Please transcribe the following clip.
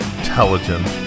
intelligent